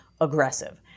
aggressive